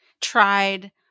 tried